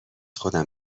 خودم